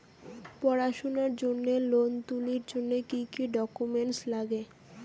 পড়াশুনার জন্যে লোন তুলির জন্যে কি কি ডকুমেন্টস নাগে?